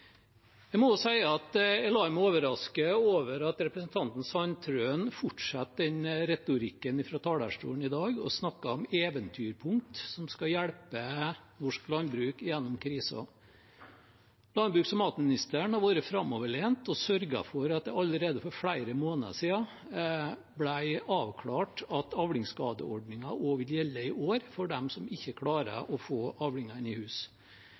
Jeg må også si jeg lar meg overraske over at representanten Sandtrøen fortsetter den retorikken fra talerstolen i dag og snakker om «eventyrpunkter» som skal hjelpe norsk landbruk gjennom krisen. Landbruks- og matministeren har vært framoverlent og sørget for at det allerede for flere måneder siden ble avklart at avlingsskadeordningen også vil gjelde i år, for dem som ikke klarer å få avlingene i hus.